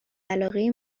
علاقه